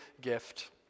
gift